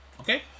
Okay